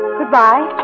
Goodbye